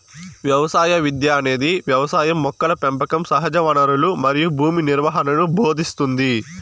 వ్యవసాయ విద్య అనేది వ్యవసాయం మొక్కల పెంపకం సహజవనరులు మరియు భూమి నిర్వహణను భోదింస్తుంది